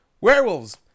Werewolves